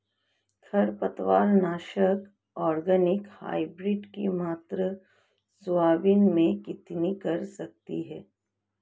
खरपतवार नाशक organic hybrid की मात्रा सोयाबीन में कितनी कर सकते हैं?